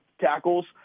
tackles